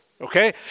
Okay